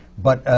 but